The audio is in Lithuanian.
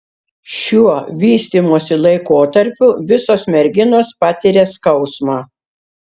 šiuo vystymosi laikotarpiu visos merginos patiria skausmą